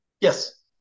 yes